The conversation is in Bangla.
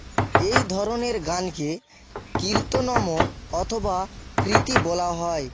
এই ধরনের গানকে কীর্ত্তনম অথবা কৃতি বলা হয়